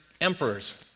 emperors